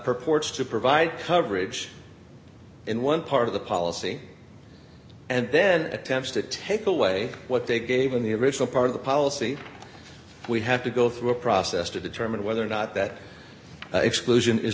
purports to provide coverage in one part of the policy and then attempts to take away what they gave in the original part of the policy we have to go through a process to determine whether or not that exclusion is